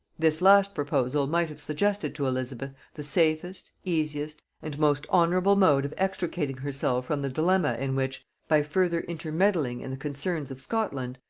this last proposal might have suggested to elizabeth the safest, easiest, and most honorable mode of extricating herself from the dilemma in which, by further intermeddling in the concerns of scotland,